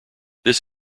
this